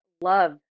love